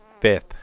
fifth